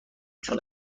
چون